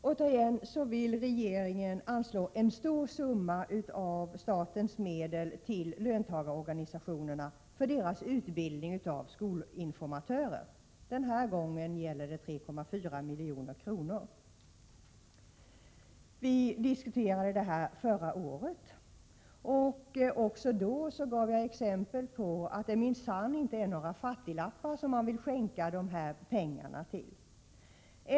Herr talman! Återigen vill regeringen anslå en stor summa av statens medel till löntagarorganisationerna för deras utbildning av skolinformatörer. Den här gången gäller det 3,4 milj.kr. Vi diskuterade detta förra året. Jag gav då exempel för att visa att det minsann inte är några fattiglappar man vill | skänka dessa pengar till.